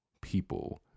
people